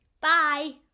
bye